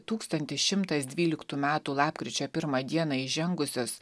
tūkstantis šimtas dvyliktų metų lapkričio pirmą dieną įžengusios